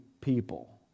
people